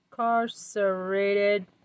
Incarcerated